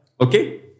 Okay